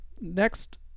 next